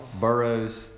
Burrows